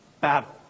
battle